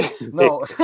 No